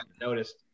noticed